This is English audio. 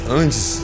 antes